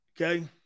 Okay